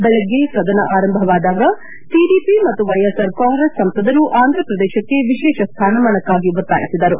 ಬೆಳಗ್ಗೆ ಸದನ ಆರಂಭವಾದಾಗ ಟಡಿಪಿ ಮತ್ತು ವೈಎಸ್ಆರ್ ಕಾಂಗ್ರೆಸ್ ಸಂಸದರು ಆಂಧ್ರ ಪ್ರದೇಶಕ್ಕೆ ವಿಶೇಷ ಸ್ವಾನಮಾನಕ್ಕಾಗಿ ಒತ್ತಾಯಿಸಿದರು